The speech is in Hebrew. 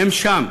הם שם,